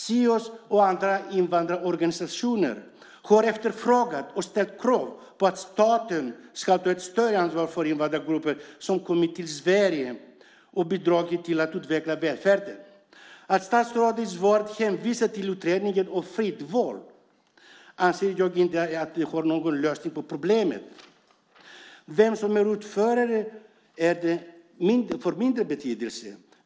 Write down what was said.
Sios och andra invandrarorganisationer har efterfrågat och ställt krav på att staten ska ge ett stöd till invandrargrupper som kommit till Sverige och bidragit till att utveckla välfärden. Att statsrådet i svaret hänvisar till utredningen om fritt val anser jag inte ger någon lösning på problemen. Vem som är utförare är av mindre betydelse.